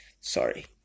Sorry